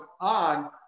on